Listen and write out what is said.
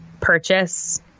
purchase